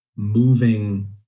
moving